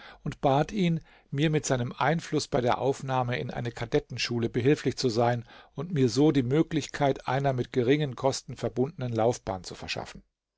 und bat ihn mir mit seinem einfluß bei der aufnahme in eine kadettenschule behilflich zu sein und mir so die möglichkeit einer mit geringen kosten verbundenen laufbahn zu verschaffen